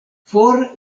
for